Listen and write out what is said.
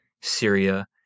Syria